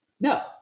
No